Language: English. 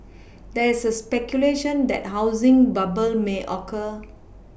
there is speculation that housing bubble may occur